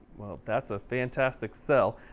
that's a fantastic sell.